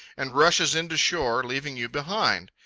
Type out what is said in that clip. and rushes in to shore, leaving you behind.